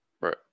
Right